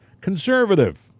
conservative